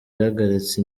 ihagaritse